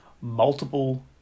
multiple